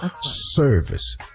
service